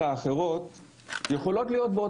ולהם לא נדרשת הבירוקרטיה והרגולציה של היק"ר ושל משרד הבריאות.